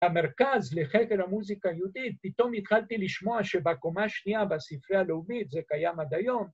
‫המרכז לחקר המוזיקה היהודית, ‫פתאום התחלתי לשמוע ‫שבקומה שנייה בספרי הלאומית, ‫זה קיים עד היום,